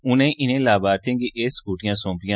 उनें इनें लामार्थियें गी एह् स्कूटियां सौंपियां